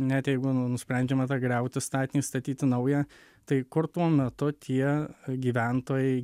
net jeigu nu nusprendžiama tą griauti statinį statyti naują tai kur tuo metu tie gyventojai